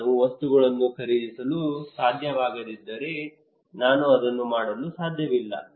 ನಾನು ವಸ್ತುಗಳನ್ನು ಖರೀದಿಸಲು ಸಾಧ್ಯವಾಗದಿದ್ದರೆ ನಾನು ಅದನ್ನು ಮಾಡಲು ಸಾಧ್ಯವಿಲ್ಲ